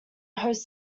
hosts